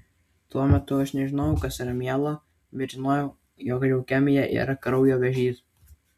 tuo metu aš nežinojau kas yra mielo bet žinojau jog leukemija yra kraujo vėžys